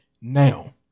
now